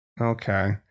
Okay